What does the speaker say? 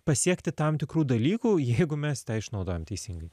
pasiekti tam tikrų dalykų jeigu mes tą išnaudojam teisingai